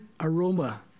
aroma